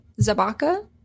Zabaka